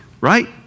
right